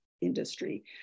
industry